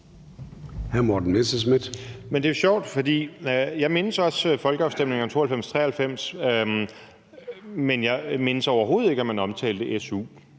Men det er jo sjovt, for jeg mindes også folkeafstemningerne i 1992 og 1993, men jeg mindes overhovedet ikke, at man omtalte su,